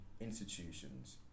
institutions